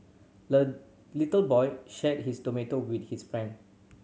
the little boy shared his tomato with his friend